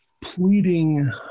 pleading